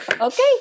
Okay